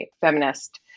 feminist